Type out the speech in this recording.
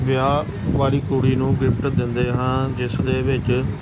ਵਿਆਹ ਵਾਲੀ ਕੁੜੀ ਨੂੰ ਗਿਫਟ ਦਿੰਦੇ ਹਾਂ ਜਿਸ ਦੇ ਵਿੱਚ